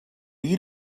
eat